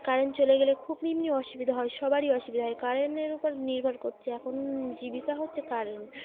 current চলে গেলে খুবই এমনি অসুবিধা হয় সবারই অসুবিধা হয় কারেন্টের ও উপর নির্ভর করছে এখন জীবিকা হচ্ছে কারেন্ট